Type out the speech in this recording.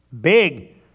Big